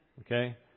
Okay